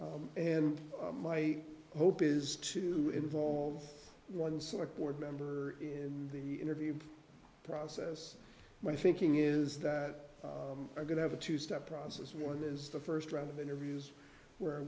and my hope is to involve one select board member in the interview process my thinking is that i'm going to have a two step process one is the first round of interviews where i